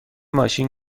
ماشین